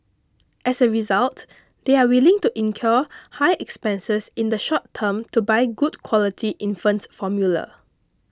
as a result they are willing to incur high expenses in the short term to buy good quality infant formula